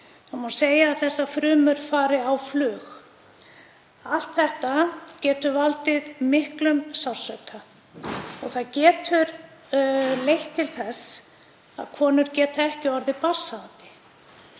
Það má segja að þessar frumur fari á flug. Allt þetta getur valdið miklum sársauka. Það getur leitt til þess að konur geta ekki orðið barnshafandi.